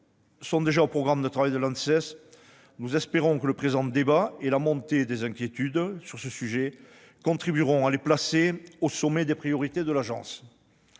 sont déjà au programme de travail de l'ANSES, nous espérons que le présent débat et la montée des inquiétudes sur ce sujet contribueront à les placer au sommet des priorités de l'Agence.